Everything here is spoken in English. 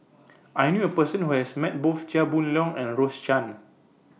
I knew A Person Who has Met Both Chia Boon Leong and Rose Chan